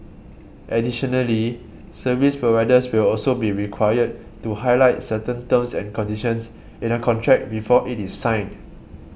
additionally service providers will also be required to highlight certain terms and conditions in a contract before it is signed